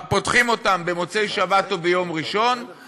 פותחים אותם במוצאי שבת או ביום ראשון,